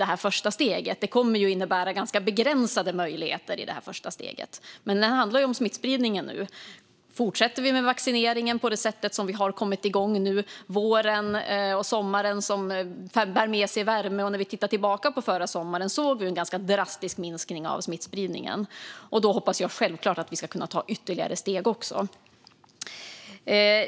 Det kommer att innebära ganska begränsade möjligheter. Men det handlar nu om smittspridningen. Vi fortsätter nu med vaccineringen på samma sätt som vi har kommit igång. Våren och sommaren bär med sig värme. När vi tittar tillbaka på förra sommaren ser vi att vi då fick en ganska drastisk minskning av smittspridningen. I så fall hoppas jag självklart att vi ska kunna ta ytterligare steg.